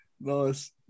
Nice